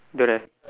don't have